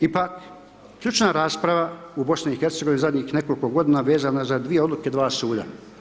Ipak ključna rasprava u BiH-u u zadnjih nekoliko godina vezana je za dvije odluke dva suda.